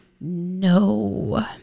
No